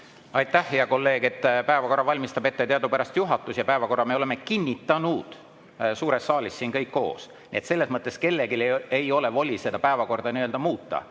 Aitäh, hea kolleeg! Päevakorra valmistab ette teadupärast juhatus ja päevakorra me oleme kinnitanud suures saalis siin kõik koos. Nii et selles mõttes kellelgi ei ole voli seda päevakorda muuta.